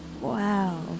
Wow